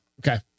okay